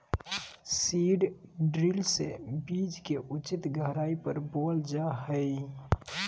seed drill से बीज के उचित गहराई पर बोअल जा हइ